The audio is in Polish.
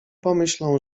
pomyślą